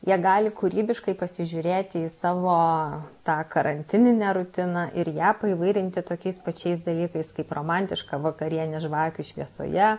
jie gali kūrybiškai pasižiūrėti į savo tą karantininę rutiną ir ją paįvairinti tokiais pačiais dalykais kaip romantiška vakarienė žvakių šviesoje